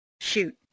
Shoot